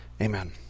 amen